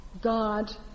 God